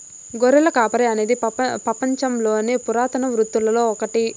గొర్రెల కాపరి అనేది పపంచంలోని పురాతన వృత్తులలో ఒకటి